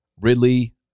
Ridley